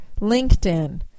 LinkedIn